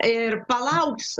ir palauks